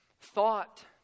thought